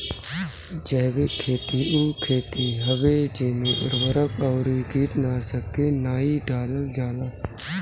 जैविक खेती उ खेती हवे जेमे उर्वरक अउरी कीटनाशक के नाइ डालल जाला